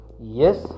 yes